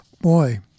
boy